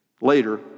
Later